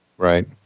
Right